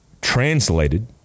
translated